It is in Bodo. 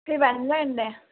फैबानो जागोन दे